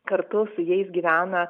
kartu su jais gyvena